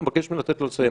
אני מבקש ממך לתת לו לסיים.